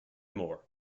moore